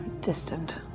distant